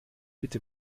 bitte